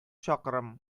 чакрым